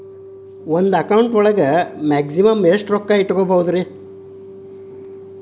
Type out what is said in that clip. ಒಂದು ಅಕೌಂಟ್ ಒಳಗ ಮ್ಯಾಕ್ಸಿಮಮ್ ಎಷ್ಟು ರೊಕ್ಕ ಇಟ್ಕೋಬಹುದು?